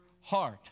heart